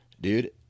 dude